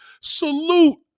Salute